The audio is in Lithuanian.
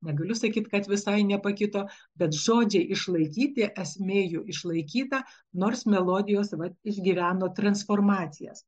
negaliu sakyt kad visai nepakito bet žodžiai išlaikyti esmė jų išlaikyta nors melodijos vat išgyveno transformacijas